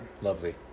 Lovely